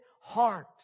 heart